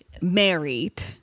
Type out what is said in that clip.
married